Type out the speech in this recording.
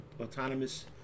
Autonomous